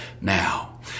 now